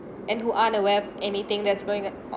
and who are the web anything that's going to